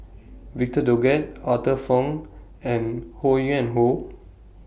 Victor Doggett Arthur Fong and Ho Yuen Hoe